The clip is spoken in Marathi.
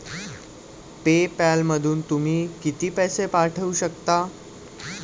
पे पॅलमधून तुम्ही किती पैसे पाठवू शकता?